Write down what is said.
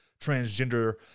transgender